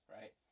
Right